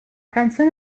canzone